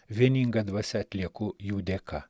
vieninga dvasia atlieku jų dėka